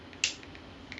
mm